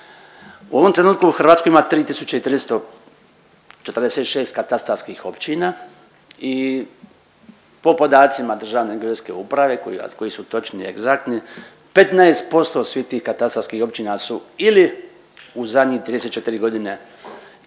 U ovom trenutku u Hrvatskoj ima 3346 katastarskih općina i po podacima Državne geodetske uprave, a koji su točni i egzaktni, 15% svih tih katastarskih općina su ili u zadnjih 34 godine premjerene